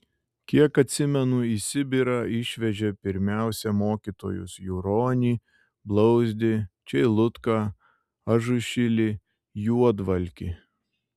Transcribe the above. kiek atsimenu į sibirą išvežė pirmiausia mokytojus juronį blauzdį čeilutką ažušilį juodvalkį